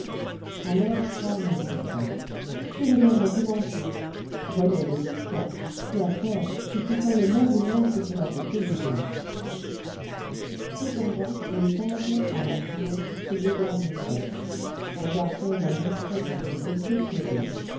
alors charles insista tu reviendrais dimanche voyons décide-toi tu as tort si tu sens le moins du monde que cela te fait du bien cependant les tables alentour se dégarnissaient un garçon vint discrètement se poster près d'eux